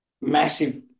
massive